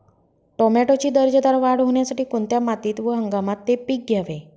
टोमॅटोची दर्जेदार वाढ होण्यासाठी कोणत्या मातीत व हंगामात हे पीक घ्यावे?